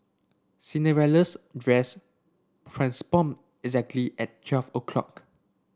Cinderella's dress transformed exactly at twelve o' clock